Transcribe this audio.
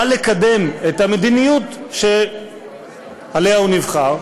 בא לקדם את המדיניות שעליה הוא נבחר,